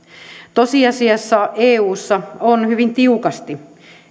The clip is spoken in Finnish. tosiasiassa eussa on hyvin tiukasti